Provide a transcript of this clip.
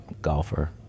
golfer